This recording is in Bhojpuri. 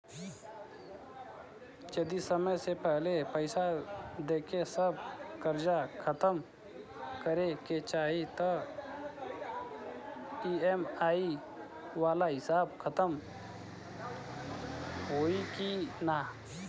जदी समय से पहिले पईसा देके सब कर्जा खतम करे के चाही त ई.एम.आई वाला हिसाब खतम होइकी ना?